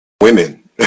women